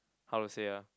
how to say ah